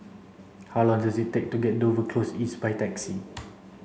how long does it take to get to Dover Close East by taxi